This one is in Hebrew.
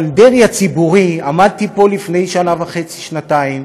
אבל דרעי הציבורי, עמדתי פה לפני שנה וחצי שנתיים